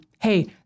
Hey